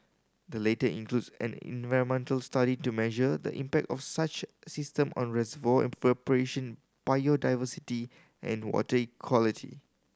the latter includes an environmental study to measure the impact of such system on reservoir evaporation biodiversity and water quality